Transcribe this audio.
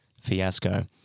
fiasco